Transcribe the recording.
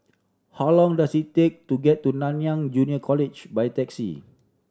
how long does it take to get to Nanyang Junior College by taxi